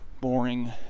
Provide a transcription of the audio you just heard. boring